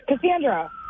Cassandra